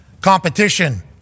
competition